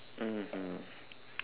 mmhmm